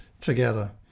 together